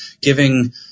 giving